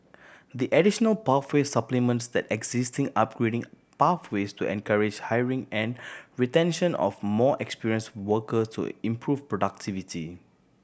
the additional pathway supplements the existing upgrading pathways to encourage hiring and retention of more experience workers to improve productivity